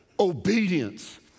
Obedience